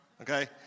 okay